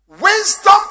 Wisdom